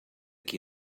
qui